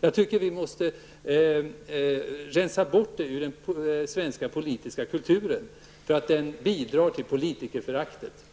Jag tycker att vi måste rensa bort det ur den svenska politiska kulturen -- det bidrar till politikerföraktet.